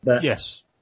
Yes